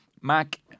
Mac